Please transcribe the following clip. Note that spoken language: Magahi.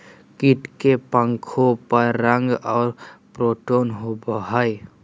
कीट के पंखों पर रंग और पैटर्न होबो हइ